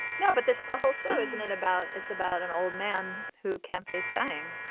no but that's the whole show isn't it about it's about an old man who can't face dying.